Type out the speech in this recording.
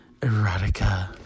Erotica